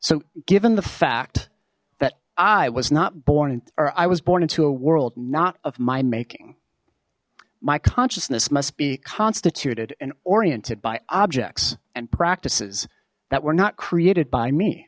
so given the fact that i was not born or i was born into a world not of my making my consciousness must be constituted and oriented by objects and practices that were not created by me